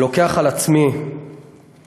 אני לוקח על עצמי לנסות